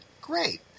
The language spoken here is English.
great